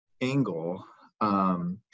angle